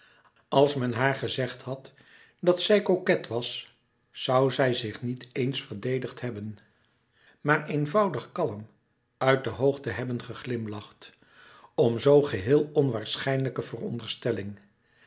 als men haar gezegd had dat zij coquet was zoû zij zich niet eens verdedigd hebben maar eenvoudig kalm uit de hoogte hebben geglimlacht om zoo geheel onwaarschijnlijke veronderstelling